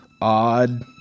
odd